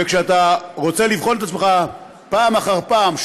וכשאתה רוצה לבחון את עצמך פעם אחר פעם,